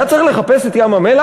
היה צריך לחפש את ים-המלח?